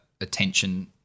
attention-